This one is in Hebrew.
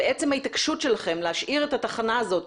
ועצם ההתעקשות שלכם להשאיר את התחנה הזאת,